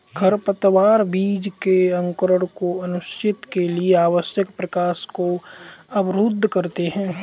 खरपतवार बीज के अंकुरण को सुनिश्चित के लिए आवश्यक प्रकाश को अवरुद्ध करते है